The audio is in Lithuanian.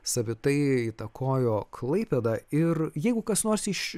savitai įtakojo klaipėdą ir jeigu kas nors iš